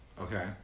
okay